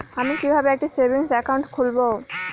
আমি কিভাবে একটি সেভিংস অ্যাকাউন্ট খুলব?